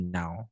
now